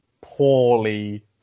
poorly